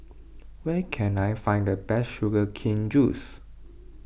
where can I find the best Sugar Cane Juice